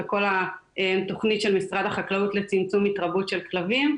וכל התכנית של משרד החקלאות לצמצום התרבות של כלבים,